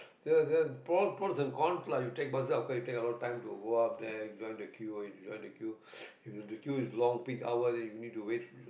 the the pro pro and cons lah you take bus of course you take a lot of time to go up there join the queue join the queue you if the queue is long peak hour then you need to wait